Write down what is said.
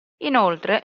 inoltre